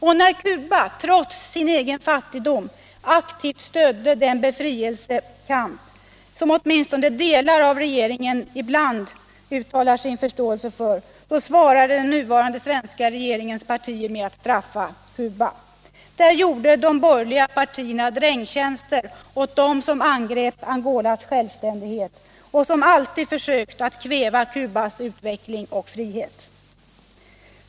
När Cuba trots sin egen fattigdom aktivt stödde den befrielsekamp som åtminstone delar av regeringen ibland uttalar sin förståelse för, så svarade den nuvarande svenska regeringens partier med att straffa Cuba. Där gjorde de borgerliga partierna drängtjänster år dem som angrep Angolas självständighet och som alltid försökt att kväva Cubas utveckling och frihet.